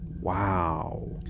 wow